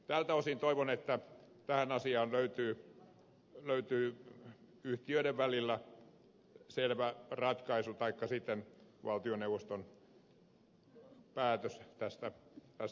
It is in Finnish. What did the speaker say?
tältä osin toivon että tähän asiaan löytyy yhtiöiden välillä selvä ratkaisu taikka sitten valtioneuvoston päätös tästä asiasta